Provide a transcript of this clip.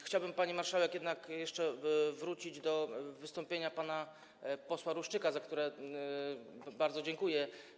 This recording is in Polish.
Chciałbym, pani marszałek, jednak jeszcze wrócić do wystąpienia pana posła Ruszczyka, za które bardzo dziękuję.